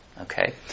Okay